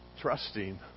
trusting